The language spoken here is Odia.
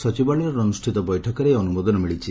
ସଚିବାଳୟରେ ଅନୁଷ୍ଠିତ ବୈଠକରେ ଏହି ଅନୁମୋଦନ ମିଳିଛି